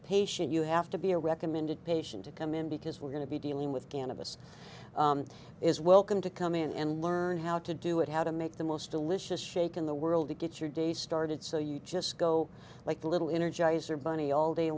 patient you have to be a recommended patient to come in because we're going to be dealing with cannabis is welcome to come in and learn how to do it how to make the most delicious shake in the world to get your day started so you just go like the little energizer bunny all day